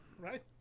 right